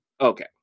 Okay